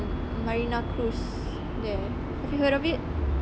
marina cruise there have you heard of it